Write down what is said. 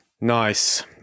Nice